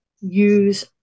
use